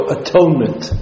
atonement